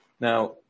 Now